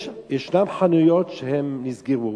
יש חנויות שנסגרו.